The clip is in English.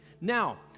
Now